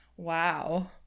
Wow